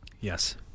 Yes